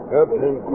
Captain